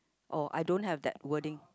oh I don't have that wording